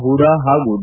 ಹೂಡಾ ಹಾಗೂ ಡಿ